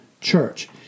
church